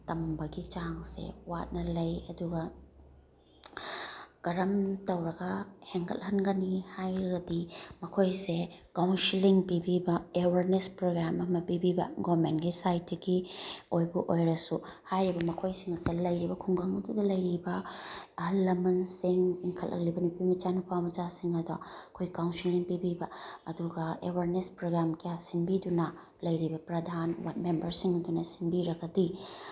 ꯇꯝꯕꯒꯤ ꯆꯥꯡꯁꯦ ꯋꯥꯠꯅ ꯂꯩ ꯑꯗꯨꯒ ꯀꯔꯝ ꯇꯧꯔꯒ ꯍꯦꯟꯒꯠꯍꯟꯒꯅꯤ ꯍꯥꯏꯔꯗꯤ ꯃꯈꯣꯏꯁꯦ ꯀꯥꯎꯟꯁꯤꯂꯤꯡ ꯄꯤꯕꯤꯕ ꯑꯦꯋꯥꯔꯅꯦꯁ ꯄ꯭ꯔꯣꯒ꯭ꯔꯥꯝ ꯑꯃ ꯄꯤꯕꯤꯕ ꯒꯣꯃꯦꯟꯒꯤ ꯁꯥꯏꯠꯇꯒꯤ ꯑꯣꯏꯕꯨ ꯑꯣꯏꯔꯁꯨ ꯍꯥꯏꯔꯤꯕ ꯃꯈꯣꯏꯁꯤꯡ ꯑꯁꯦ ꯂꯩꯔꯤꯕ ꯈꯨꯡꯒꯪ ꯑꯗꯨꯗ ꯂꯩꯔꯤꯕ ꯑꯍꯜ ꯂꯃꯟꯁꯤꯡ ꯏꯟꯈꯠꯂꯛꯏꯕ ꯅꯨꯄꯤꯃꯆꯥ ꯅꯨꯄꯥꯃꯆꯥꯁꯤꯡ ꯑꯗꯣ ꯑꯩꯈꯣꯏ ꯀꯥꯎꯟꯁꯤꯂꯤꯡ ꯄꯤꯕꯤꯕ ꯑꯗꯨꯒ ꯑꯦꯋꯥꯔꯅꯦꯁ ꯄ꯭ꯔꯣꯒ꯭ꯔꯥꯝ ꯀꯌꯥ ꯁꯤꯟꯕꯤꯗꯨꯅ ꯂꯩꯔꯤꯕ ꯄ꯭ꯔꯙꯥꯟ ꯃꯦꯝꯕꯔꯁꯤꯡ ꯑꯗꯨꯅ ꯁꯤꯟꯕꯤꯔꯒꯗꯤ